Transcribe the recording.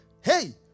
hey